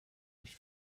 nicht